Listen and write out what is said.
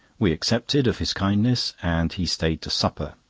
we accepted of his kindness, and he stayed to supper,